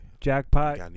jackpot